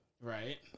Right